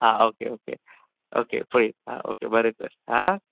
आं okay okay okay पळयता okay बरें तर आं